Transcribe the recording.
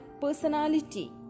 personality